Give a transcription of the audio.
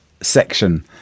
section